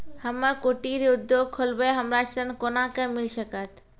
हम्मे कुटीर उद्योग खोलबै हमरा ऋण कोना के मिल सकत?